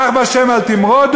"אך בה' אל תמרדו,